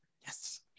Yes